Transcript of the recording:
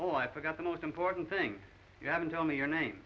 oh i forgot the most important thing you haven't told me your name